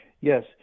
Yes